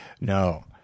No